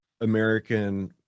American